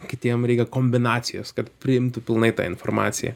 kitiem reikia kombinacijos kad priimtų pilnai tą informaciją